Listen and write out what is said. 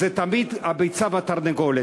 זה תמיד "הביצה והתרנגולת".